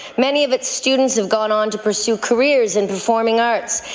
many of its students have gone on to pursue careers in performing arts.